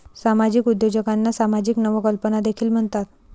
सामाजिक उद्योजकांना सामाजिक नवकल्पना देखील म्हणतात